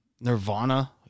Nirvana